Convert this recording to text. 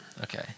Okay